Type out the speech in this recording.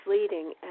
leading